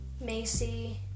Macy